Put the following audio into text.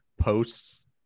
posts